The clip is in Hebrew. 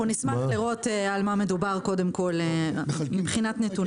אנחנו נשמח לראות על מה מדובר מבחינת נתונים.